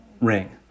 ring